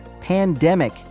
pandemic